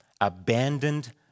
abandoned